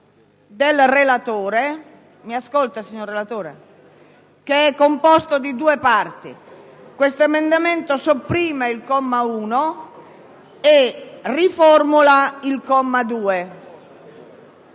del relatore che è composto di due parti. Questo emendamento sopprime il comma 1 e riformula il comma 2.